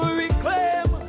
reclaim